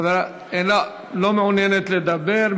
לא מעוניינת לדבר,